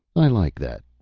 i like that,